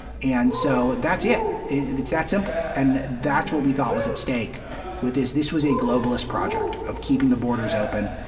and so that's yeah it. it's that simple. and that's what we thought was at stake with this. this was a globalist project of keeping the borders open,